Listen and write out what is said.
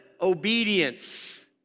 obedience